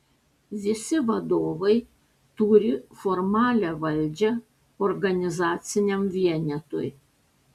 visi vadovai turi formalią valdžią organizaciniam vienetui